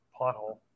pothole